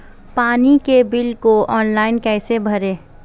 पानी के बिल को ऑनलाइन कैसे भरें?